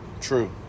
True